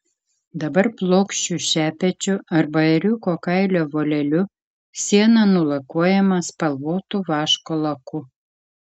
dabar plokščiu šepečiu arba ėriuko kailio voleliu siena nulakuojama spalvotu vaško laku